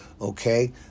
Okay